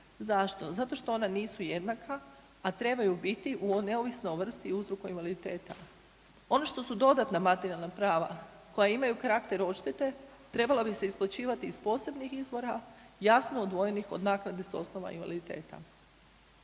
Zašto? Zato što ona nisu jednaka, a trebaju biti neovisno o vrsti i uzroku invaliditeta. Ono što su dodatna materijalna prava koja imaju karakter odštete, trebala bi se isplaćivati iz posebnih izvora, jasno odvojenih od naknade s osnova invaliditeta.